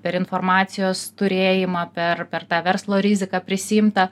per informacijos turėjimą per per tą verslo riziką prisiimtą